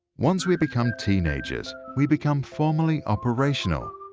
once we become teenagers, we become formally operational.